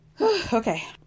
okay